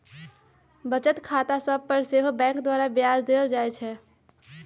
बचत खता सभ पर सेहो बैंक द्वारा ब्याज देल जाइ छइ